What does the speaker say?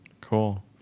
cool